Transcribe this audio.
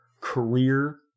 career